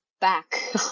back